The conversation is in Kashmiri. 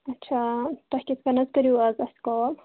اَچھا تۄہہِ کِتھٕ کٔنٮ۪تھ کٔرِو اَز اَسہِ کال